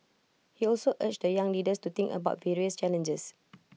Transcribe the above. he also urged the young leaders to think about various challenges